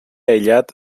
aïllat